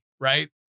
right